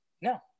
No